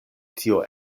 tio